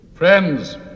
Friends